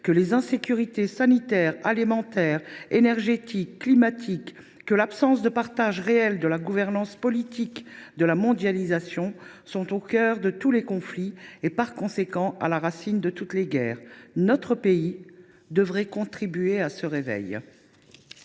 que les insécurités sanitaire, alimentaire, énergétique et climatique, ainsi que l’absence de partage réel de la gouvernance politique de la mondialisation, sont au cœur de tous les conflits et par conséquent à la racine de toutes les guerres. Notre pays devrait contribuer à ce réveil.